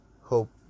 hope